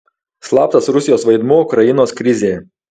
slaptas rusijos vaidmuo ukrainos krizėje